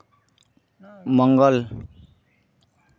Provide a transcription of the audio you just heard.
ᱢᱚᱝᱜᱚᱞ